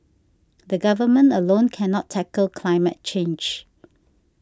the Government alone cannot tackle climate change